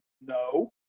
No